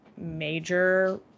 major